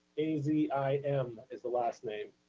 a z i m is the last name.